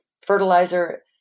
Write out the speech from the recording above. fertilizer